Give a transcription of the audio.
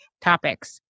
topics